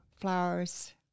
flowers